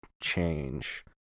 change